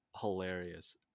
hilarious